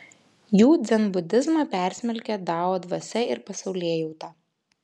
jų dzenbudizmą persmelkia dao dvasia ir pasaulėjauta